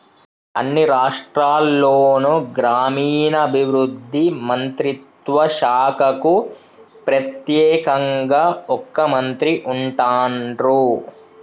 అన్ని రాష్ట్రాల్లోనూ గ్రామీణాభివృద్ధి మంత్రిత్వ శాఖకు ప్రెత్యేకంగా ఒక మంత్రి ఉంటాన్రు